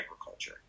agriculture